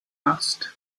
asked